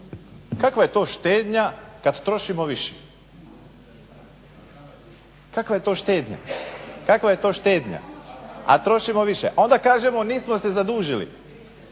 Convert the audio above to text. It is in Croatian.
Kakva je to štednja kad trošimo više? Kakva je to štednja, a trošimo više. Onda kažemo nismo se zadužili.